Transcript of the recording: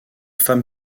femme